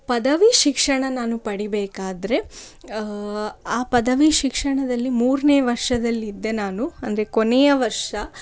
ಪದವಿ ಶಿಕ್ಷಣ ನಾನು ಪಡಿಬೇಕಾದರೆ ಆ ಪದವಿ ಶಿಕ್ಷಣದಲ್ಲಿ ಮೂರನೇ ವರ್ಷದಲ್ಲಿದ್ದೆ ನಾನು ಅಂದರೆ ಕೊನೆಯ ವರ್ಷ